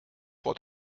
vor